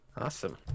Awesome